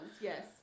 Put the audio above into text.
yes